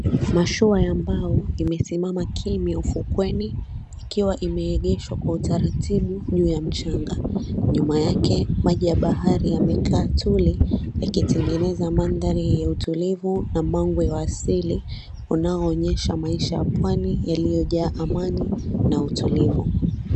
Mashua ya mbao imesimama kimya ufukweni, ikiwa imeegeshwa kwa utaratibu juu ya mchanga. Nyuma yake, maji ya bahari yamekaa tuli, yakitengeneza manthari ya utulivu na mangwe wa asili, unaoonyesha maisha ya pwani yaliyojaa amani na utulivu.